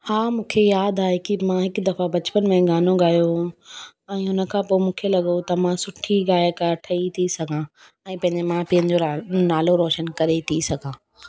हा मूंखे यादि आहे की मां हिकु दफ़ा बचपन में गानो ॻायो हुओ ऐं हुन खां पोइ मूंखे लॻो त मां सुठी गायकार ठहीं थी सघां ऐं पंहिंजे माउ पीउनि जो रा नालो रौशनु करे थी सघां